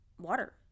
water